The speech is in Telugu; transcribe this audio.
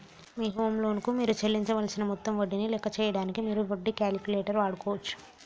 మీ హోమ్ లోన్ కు మీరు చెల్లించవలసిన మొత్తం వడ్డీని లెక్క చేయడానికి మీరు వడ్డీ క్యాలిక్యులేటర్ వాడుకోవచ్చు